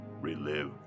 relive